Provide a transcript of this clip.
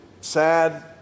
sad